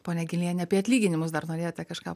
ponia giliene apie atlyginimus dar norėjote kažką